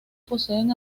poseen